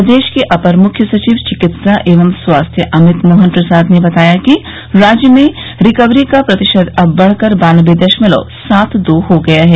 प्रदेश के अपर मुख्य सचिव चिकित्सा एवं स्वास्थ्य अमित मोहन प्रसाद ने बताया कि राज्य में रिकवरी का प्रतिशत अब बढ़कर बान्नबे दशमलव सात दो हो गया है